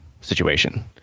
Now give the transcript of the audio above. situation